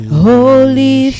Holy